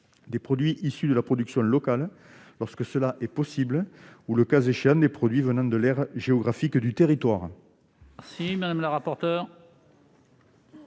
les produits issus de la production locale lorsque cela est possible ou, le cas échéant, les produits provenant de l'aire géographique où se situe